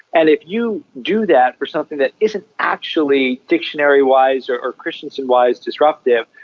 and if you do that for something that isn't actually dictionary-wise or or christensen-wise disruptive,